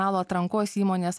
ir personalo atrankos įmonės